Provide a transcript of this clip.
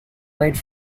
late